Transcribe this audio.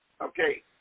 Okay